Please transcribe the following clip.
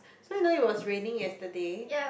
so you know it was raining yesterday